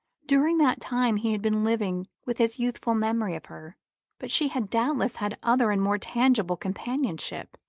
during that time he had been living with his youthful memory of her but she had doubtless had other and more tangible companionship.